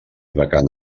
vacant